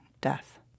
death